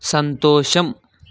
సంతోషం